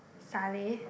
Salleh